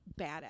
badass